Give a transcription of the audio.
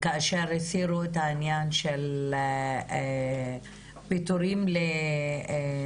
כאשר הסירו את העניין של פיטורים לנשים,